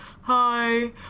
hi